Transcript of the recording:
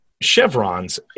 chevrons